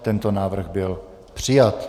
Tento návrh byl přijat.